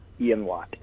ianwatt